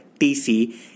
TC